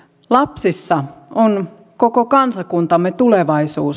lapsissa on koko kansakuntamme tulevaisuus